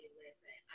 listen